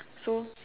so